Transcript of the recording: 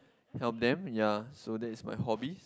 help them ya so that is my hobbies